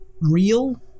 real